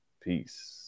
Peace